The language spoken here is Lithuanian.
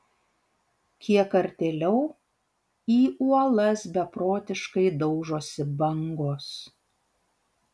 kiek artėliau į uolas beprotiškai daužosi bangos